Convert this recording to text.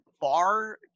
bar